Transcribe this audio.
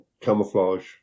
camouflage